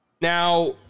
Now